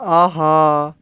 آہا